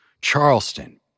Charleston